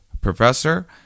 professor